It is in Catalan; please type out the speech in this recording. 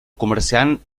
comerciant